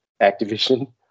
Activision